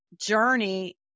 journey